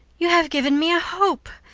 you have given me a hope.